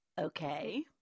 Okay